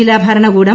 ജില്ലാഭരണകൂടം